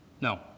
No